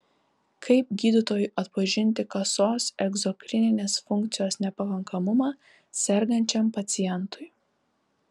kaip gydytojui atpažinti kasos egzokrininės funkcijos nepakankamumą sergančiam pacientui